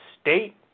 state